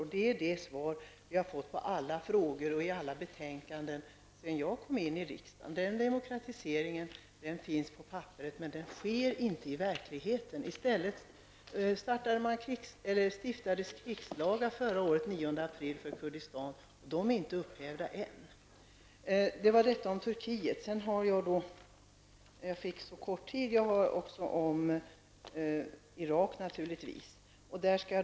Men det är det svar vi har fått på alla frågor och i alla betänkanden sedan jag kom in i riksdagen. Demokratiseringen finns på papperet, men den tillämpas inte i verkligheten. I stället stiftades den 9 april förra året krigslagar för Kurdistan. De är inte upphävda än. Jag har naturligtvis också några frågor om Irak.